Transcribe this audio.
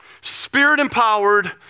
spirit-empowered